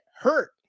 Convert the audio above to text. hurt